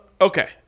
Okay